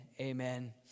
amen